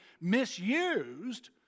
misused